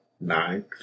nine